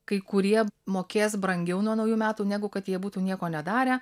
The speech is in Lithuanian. kai kurie mokės brangiau nuo naujų metų negu kad jie būtų nieko nedarę